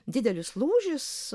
didelis lūžis